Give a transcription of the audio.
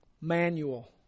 manual